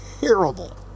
terrible